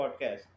Podcast